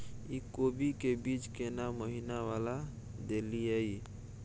इ कोबी के बीज केना महीना वाला देलियैई?